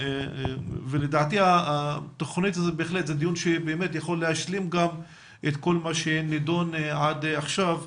לדעתי התוכנית הזאת זה דיון שיכול להשלים גם את כל מה שנידון עד עכשיו.